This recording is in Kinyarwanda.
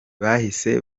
bahise